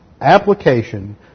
application